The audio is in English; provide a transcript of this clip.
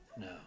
No